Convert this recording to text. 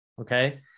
okay